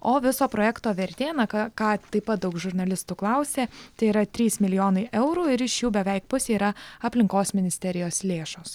o viso projekto vertė na ka ką taip pat daug žurnalistų klausė tai yra trys milijonai eurų ir iš jų beveik pusė yra aplinkos ministerijos lėšos